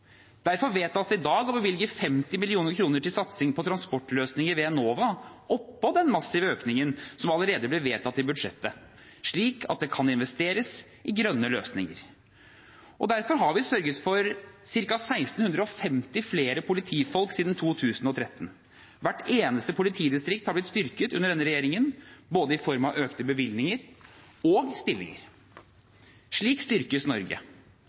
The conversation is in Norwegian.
Derfor vedtas det i dag å bevilge 50 mill. kr til satsing på transportløsninger ved Enova – oppå den massive økningen som allerede ble vedtatt i budsjettet – slik at det kan investeres i grønne løsninger. Og derfor har vi sørget for ca. 1 650 flere politifolk siden 2013. Hvert eneste politidistrikt har blitt styrket under denne regjeringen, i form av både økte bevilgninger og stillinger. Slik styrkes Norge: